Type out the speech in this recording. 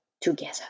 together